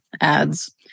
ads